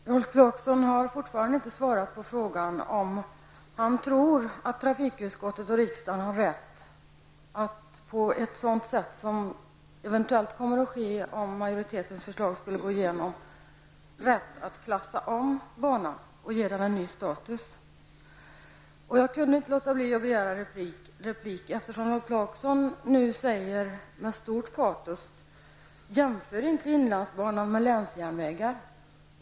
Herr talman! Rolf Clarkson har fortfarande inte svarat på frågan om han tror att trafikutskottet och riksdagen har rätt att klassa om banan och ge den en ny status, vilket eventuellt skulle kunna ske om möjlighetens förslag skulle gå igenom. Jag kunde inte låta bli att begära replik, eftersom Rolf Clarkson nu med stort patos säger: Jämför inte inlandsbanan med länsjärnvägar.